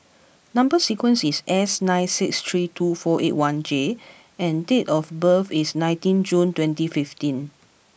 number sequence is S nine six three two four eight one J and date of birth is nineteenth June twenty fifteen